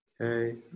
Okay